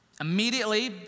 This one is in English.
immediately